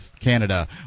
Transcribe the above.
Canada